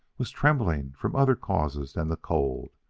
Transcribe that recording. was trembling from other causes than the cold.